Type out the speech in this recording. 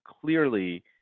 clearly